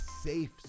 safe